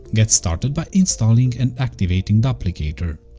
get started by installing and activating duplicator.